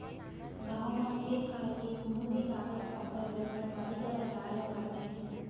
गॉंव म खेत खार के कोनों भी कागज पातर बर पटवारी करा जाए ल परथे